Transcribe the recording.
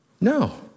No